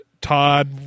Todd